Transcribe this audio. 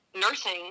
nursing